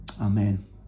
Amen